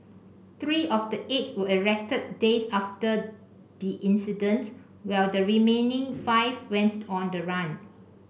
three of the eight were arrested days after the incident while the remaining five went on the run